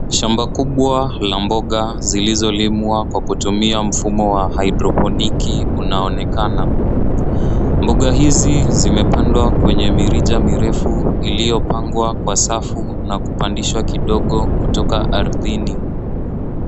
Shamba kubwa la mboga zilizolimwa kwa kutumia mfumo wa hydroponic unaonekana. Mboga hizi zimepandwa kwenye mirija mirefu unaonekana. Mboga hizi zimepandwa kwenye mirija mirefu iliyopandwa kwa safu na kupandishwa kidogo kutoka ardhini.